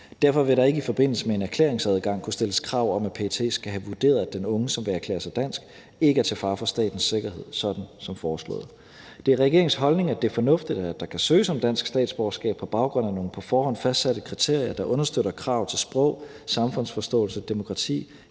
Derfor vil der ikke i forbindelse med en erklæringsadgang kunne stilles krav om, at PET skal have vurderet, at den unge, som vil erklære sig dansk, ikke er til fare for statens sikkerhed, sådan som foreslået. Det er regeringens holdning, at det er fornuftigt, at der kan søges om dansk statsborgerskab på baggrund af nogle på forhånd fastsatte kriterier, der understøtter krav til sprog, samfundsforståelse, demokrati,